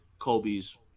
Kobe's